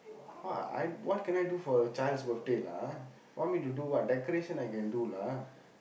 what are I'm what can I do for a child's birthday lah want me to do what decoration I can do lah